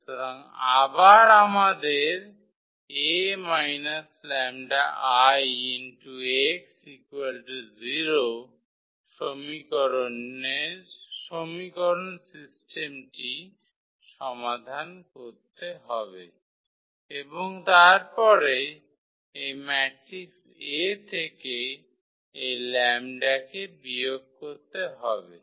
সুতরাং আবার আমাদের 𝐴 𝜆𝐼x0 সমীকরণ সিস্টেমটি সমাধান করতে হবে এবং তারপরে এই ম্যাট্রিক্স 𝐴 থেকে এই 𝜆 কে বিয়োগ করতে হবে